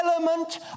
element